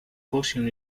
caution